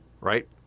right